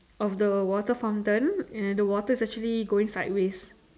of the water fountain and the water is actually going sideways